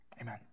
amen